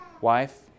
wife